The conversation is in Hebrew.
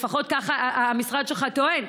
לפחות כך המשרד שלך טוען,